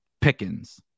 Pickens